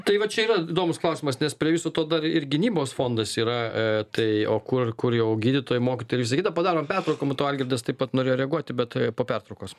tai va čia yra įdomus klausimas nes prie viso to dar ir gynybos fondas yra tai o kur kur jau gydytojų mokytojų ir visa kita padarom pertrauką matau algirdas taip pat norėjo reaguoti bet tai jau po pertraukos